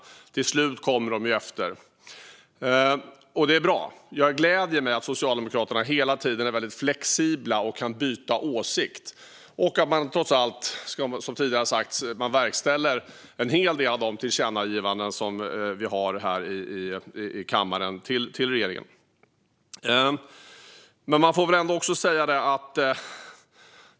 Till slut kommer de efter - och det är bra. Jag gläder mig åt att Socialdemokraterna hela tiden är väldigt flexibla och kan byta åsikt och åt att de trots allt, som tidigare har sagts, verkställer en hel del av de tillkännagivanden till regeringen som vi har här i kammaren.